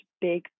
big